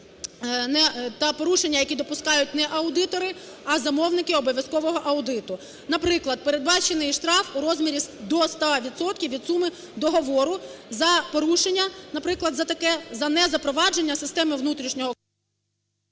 та порушення, які допускають не аудитори, а замовники обов'язкового аудиту. Наприклад, передбачений штраф у розмірі до 100 відсотків від суми договору за порушення, наприклад, за таке, за незапровадження системи внутрішнього…